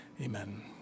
Amen